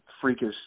freakish